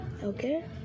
okay